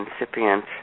incipient